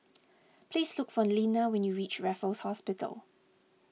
please look for Linna when you reach Raffles Hospital